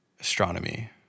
astronomy